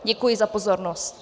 Děkuji za pozornost.